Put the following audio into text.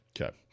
Okay